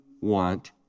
want